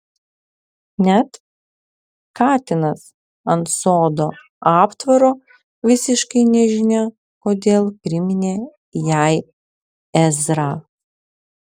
net katinas ant sodo aptvaro visiškai nežinia kodėl priminė jai ezrą